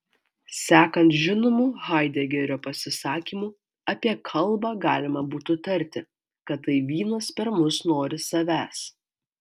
sekant žinomu haidegerio pasisakymu apie kalbą galima būtų tarti kad tai vynas per mus nori savęs